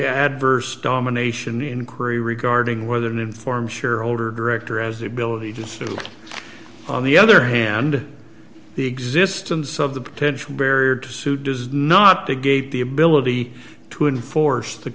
adverse domination inquiry regarding whether an informed shareholder director as the ability to sue on the other hand the existence of the potential barrier to sue does not to gate the ability to enforce the